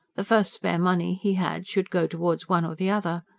the first spare money he had should go towards one or the other.